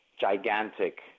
gigantic